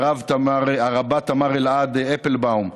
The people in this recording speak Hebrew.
הרבה תמר אלעד-אפלבאום,